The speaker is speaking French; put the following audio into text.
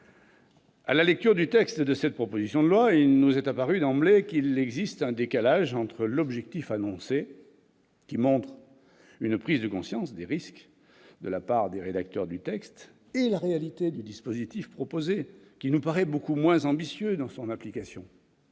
À la lecture du texte de cette proposition de loi, il nous est apparu d'emblée qu'il existe un décalage entre l'objectif annoncé, qui montre une prise de conscience des risques de la part des rédacteurs du texte, et la réalité du dispositif proposé qui nous paraît beaucoup moins ambitieux dans son application.